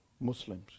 Muslims